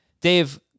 Dave